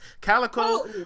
Calico